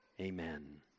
Amen